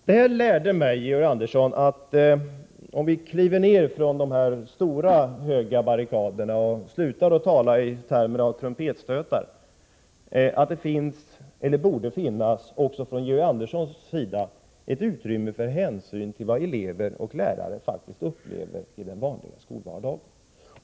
Detta lärde mig, Georg Andersson, att om vi kliver ned från de höga barrikaderna och slutar upp med att tala i termer av trumpetstötar, borde det också hos Georg Andersson finnas ett utrymme för hänsyn till vad elever och lärare faktiskt upplever i den vanliga skolvardagen.